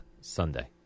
Sunday